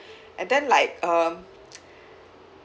and then like um